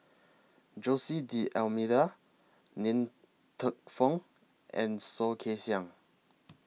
Jose D'almeida Ng Teng Fong and Soh Kay Siang